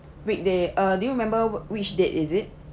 weekday uh do you remember which date is it